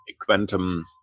quantum